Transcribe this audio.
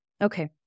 Okay